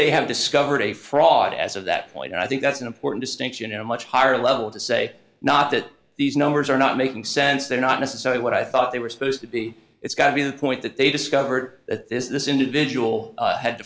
they have discovered a fraud as of that point and i think that's an important distinction in a much higher level to say not that these numbers are not making sense they're not necessarily what i thought they were supposed to be it's going to be the point that they discover that this individual had